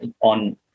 on